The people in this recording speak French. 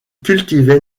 cultivait